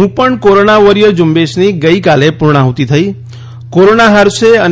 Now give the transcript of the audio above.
હું પણ corona warrior ઝુંબેશની ગઈકાલે પુર્ણાહૂતી થઇ કોરોના હારશે અને